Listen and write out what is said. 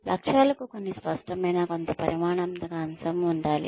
లక్ష్యాలకు కొన్ని స్పష్టమైన కొంత పరిమాణాత్మక అంశం ఉండాలి